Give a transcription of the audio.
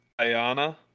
Ayana